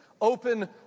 Open